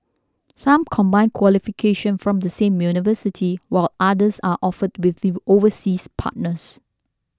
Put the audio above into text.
some combine qualification from the same university while others are offered with you overseas partners